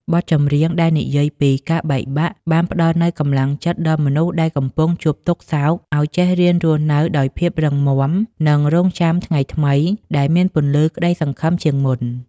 បទចម្រៀងដែលនិយាយពី "ការបែកបាក់" បានផ្ដល់នូវកម្លាំងចិត្តដល់មនុស្សដែលកំពុងជួបទុក្ខសោក ឱ្យចេះរៀនរស់នៅដោយភាពរឹងមាំ និងរង់ចាំថ្ងៃថ្មីដែលមានពន្លឺក្តីសង្ឃឹមជាងមុន។